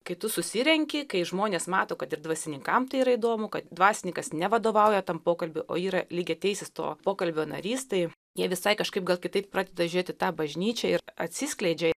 kai tu susirenki kai žmonės mato kad ir dvasininkam tai yra įdomu kad dvasininkas nevadovauja tam pokalbiui o yra lygiateisis to pokalbio narys tai jie visai kažkaip kitaip pradeda žiūrėt į tą bažnyčią ir atsiskleidžia